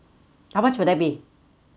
how much will that be